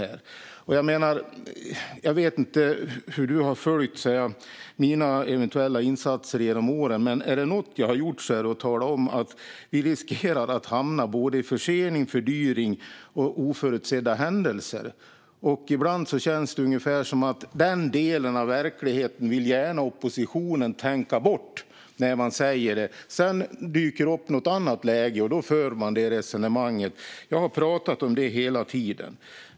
Jag vet inte om ledamoten har följt mina eventuella insatser, men om det är något som jag har gjort är det att tala om att vi riskerar att hamna i både försening, fördyring och oförutsedda händelser. Ibland känns det som att oppositionen gärna vill tänka bort den delen av verkligheten, när man säger det. Sedan dyker det upp något annat läge, och då för man det resonemanget. Jag har pratat om detta hela tiden.